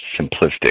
simplistic